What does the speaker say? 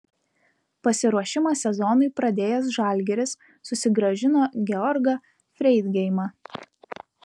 pasiruošimą sezonui pradėjęs žalgiris susigrąžino georgą freidgeimą